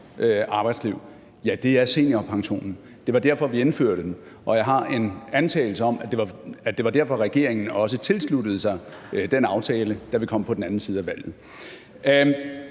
arbejdsliv, er seniorpensionen. Det var derfor, vi indførte den. Og jeg har en antagelse om, at det var derfor, at regeringen også tilsluttede sig den aftale, da vi kom på den anden side af valget.